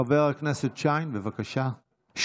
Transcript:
חבר הכנסת שיין, בבקשה.